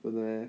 真的 meh